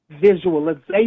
visualization